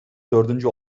dördüncü